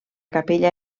capella